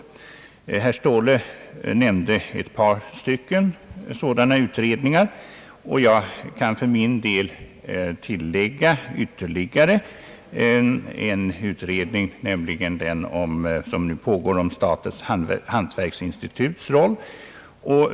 Herr Ståhle nämnde ett par sådana utredningar, och jag kan tillägga ytterligare en, nämligen den som pågår om statens hantverksinstituts roll.